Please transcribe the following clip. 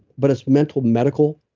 but it's mental medical,